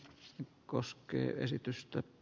heikki kosken esitystä